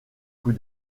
coup